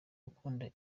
bakundaga